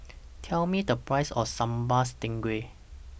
Tell Me The Price of Sambal Stingray